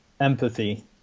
empathy